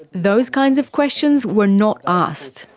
those kinds of questions were not asked.